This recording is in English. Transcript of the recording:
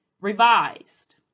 revised